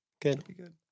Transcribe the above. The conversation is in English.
good